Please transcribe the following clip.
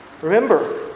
Remember